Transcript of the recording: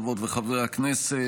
חברות וחברי הכנסת,